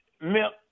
milk